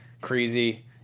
crazy